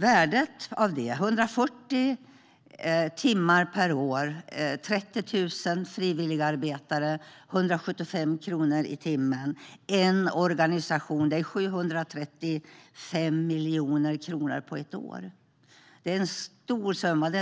Värdet av detta är 735 miljoner på ett år - 140 timmar per år, 30 000 frivilligarbetare, 175 kronor i timmen, en organisation. Det är